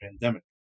pandemic